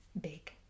big